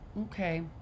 okay